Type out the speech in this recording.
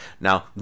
Now